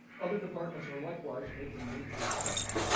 other departments are likewise making major cuts.